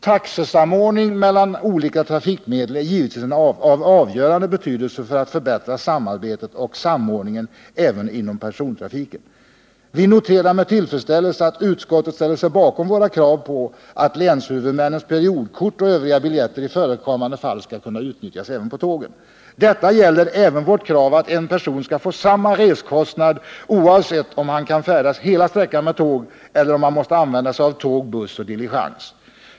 Taxesamordning mellan olika trafikmedel är givetvis av avgörande betydelse för att förbättra samarbetet och samordningen även inom persontrafiken. Vi noterar med tillfredsställelse att utskottet ställer sig bakom våra krav på att länshuvudmännens periodkort och övriga biljetter i förekommande fall skall kunna utnyttjas även på tågen. Detta gäller även vårt krav att en person skall få samma reskostnad, oavsett om han kan färdas hela sträckan med tåg eller om han måste använda sig av tåg, buss och diligens.